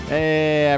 Hey